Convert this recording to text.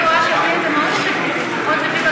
אני רואה שהכלי הזה מאוד אפקטיבי,